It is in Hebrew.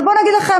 אבל בואו אגיד לכם,